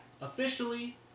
officially